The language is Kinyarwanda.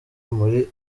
muri